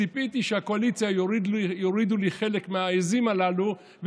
ציפיתי שהקואליציה תוריד לי חלק מהעיזים הללו,